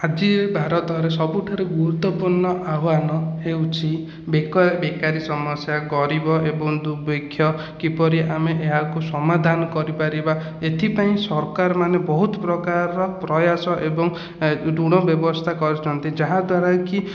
ଆଜି ଭାରତରେ ସବୁଠାରୁ ଗୁରୁତ୍ଵପୂର୍ଣ୍ଣ ଆହ୍ଵାନ ହେଉଛି ବେକ ବେକାରୀ ସମସ୍ୟା ଗରିବ ଏବଂ ଦୁର୍ଭିକ୍ଷ କିପରି ଆମେ ଏହାକୁ ସମାଧାନ କରିପାରିବା ଏଥିପାଇଁ ସରକାରମାନେ ବହୁତ ପ୍ରକାରର ପ୍ରୟାସ ଏବଂ ଋଣ ବ୍ୟବସ୍ଥା କରିଛନ୍ତି ଯାହାଦ୍ୱାରା କି